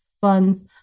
funds